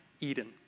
Eden